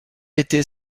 était